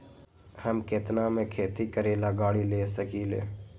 हम केतना में खेती करेला गाड़ी ले सकींले?